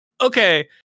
okay